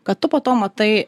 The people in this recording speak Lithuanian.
kad tu po to matai